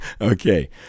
Okay